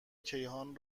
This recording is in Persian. کیهان